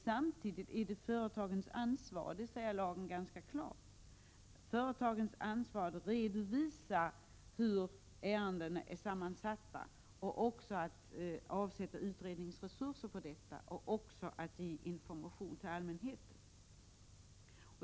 Samtidigt är det klart utsagt i lagen att det är företagens ansvar att redovisa hur produkterna är sammansatta liksom att avsätta utredningsresurser för detta och att informera allmänheten.